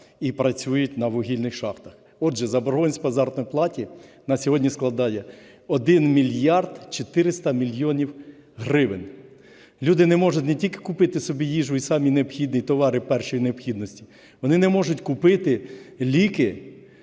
і працюють на вугільних шахтах. Отже, заборгованість по заробітній платі на сьогодні складає 1 мільярд 400 мільйонів гривень. Люди не можуть не тільки купити собі їжу і самі необхідні товари першої необхідності - вони не можуть купити ліки,